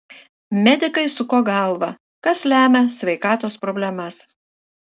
medikai suko galvą kas lemia sveikatos problemas